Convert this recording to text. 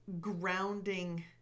grounding